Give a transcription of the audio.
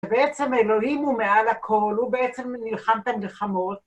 בעצם אלוהים הוא מעל הכל, הוא בעצם נלחם את המלחמות.